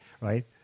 right